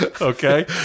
Okay